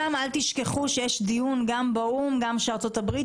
אל תשכחו שיש דיון גם באו"מ שארצות הברית